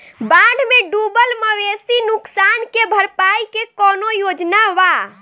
बाढ़ में डुबल मवेशी नुकसान के भरपाई के कौनो योजना वा?